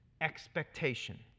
expectation